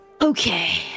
Okay